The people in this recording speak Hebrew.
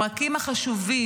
הפרקים החשובים,